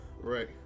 Right